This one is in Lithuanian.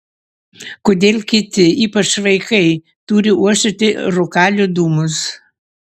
kodėl kiti ypač vaikai turi uostyti rūkalių dūmus